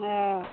हँ